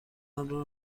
آنرا